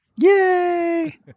Yay